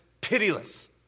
pitiless